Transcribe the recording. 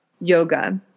yoga